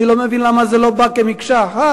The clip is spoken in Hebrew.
אני לא מבין למה זה לא בא כמקשה אחת.